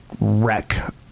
wreck